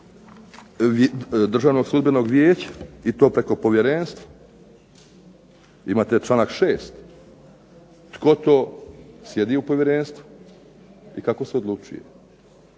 dakle Državnog sudbenog vijeća, i to preko povjerenstva. Imate članak 6. tko to sjedi u povjerenstvu i kako se odlučuje,